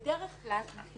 בדרך כלל אנחנו